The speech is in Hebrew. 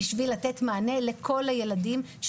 לא פנוי באמת ללמידה, הילד הזה.